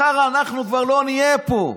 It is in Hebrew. מחר אנחנו כבר לא נהיה פה.